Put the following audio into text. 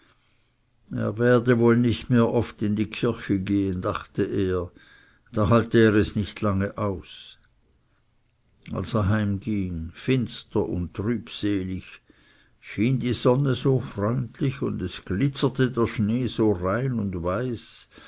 werde wohl nicht mehr oft in die kirche gehen dachte er da halte er es nicht lange aus als er heimging finster und trübselig schien die sonne so freundlich und es glitzerte der schnee so rein und weiß